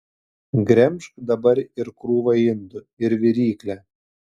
gremžk dabar ir krūvą indų ir viryklę